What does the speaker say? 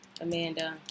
Amanda